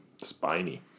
Spiny